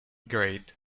grade